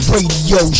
Radio